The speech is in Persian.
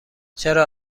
چرا